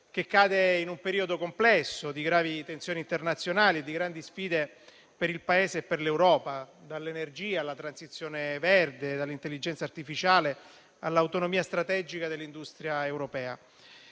che cade in un periodo complesso, di gravi tensioni internazionali e di grandi sfide per il Paese e per l'Europa: dall'energia alla transizione verde, dall'intelligenza artificiale all'autonomia strategica dell'industria europea.